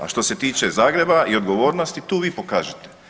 A što se tiče Zagreba i odgovornosti tu vi pokažite.